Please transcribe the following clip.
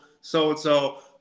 so-and-so